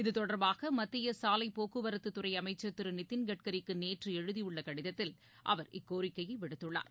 இதுதொடர்பாக மத்தியசாலைபோக்குவரத்துதுறைஅமைச்சர் திருநிதின்கட்கரிக்குநேற்றுஎழுதியுள்ளகடிதத்தில் அவர் இக்கோரிக்கையைவிடுத்துள்ளார்